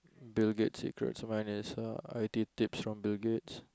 bill-gates secrets mine is uh i_t tips from bill-gates